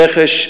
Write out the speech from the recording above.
רכש,